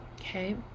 Okay